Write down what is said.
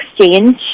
exchange